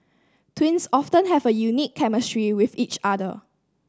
twins often have a unique chemistry with each other